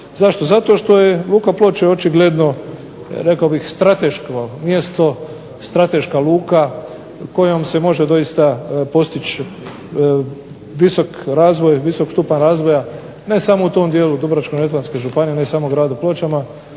Zato što je luka Ploče očigledno rekao bih strateško mjesto, strateška luka kojom se može doista postići visok razvoj, visok stupanj razvoja ne samo u tom dijelu Dubrovačko-neretvanske županije, ne samo u gradu Pločama,